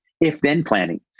if-then-planning